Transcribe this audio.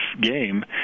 game